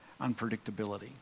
unpredictability